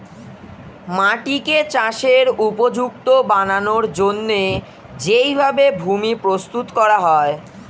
মাটিকে চাষের উপযুক্ত বানানোর জন্যে যেই ভাবে ভূমি প্রস্তুত করা হয়